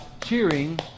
cheering